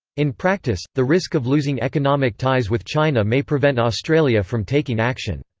in practice, the risk of losing economic ties with china may prevent australia from taking action.